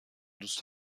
دوست